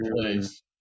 place